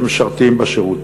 שמשרתים בשירות.